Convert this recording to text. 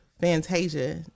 Fantasia